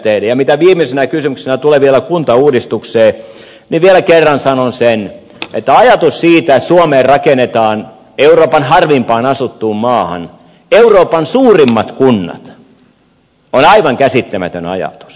ja mitä viimeisenä kysymyksenä tulee vielä kuntauudistukseen niin vielä kerran sanon sen että ajatus siitä että suomeen rakennetaan euroopan harvimpaan asuttuun maahan euroopan suurimmat kunnat on aivan käsittämätön ajatus